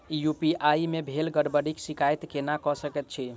UPI मे भेल गड़बड़ीक शिकायत केना कऽ सकैत छी?